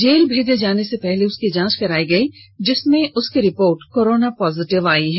जेले भेजे जाने से पहले उसकी जांच कराई गई जिसमें उसकी रिपोर्ट कोरोना पॉजिटिव आई है